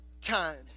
time